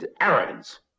Arrogance